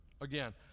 again